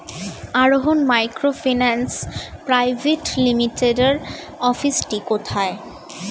আরোহন microfinance private লিমিটেডের অফিসটি কোথায়?